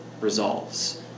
resolves